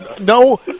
no